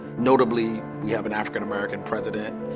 notably, we have an african american president.